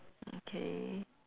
okay